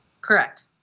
Correct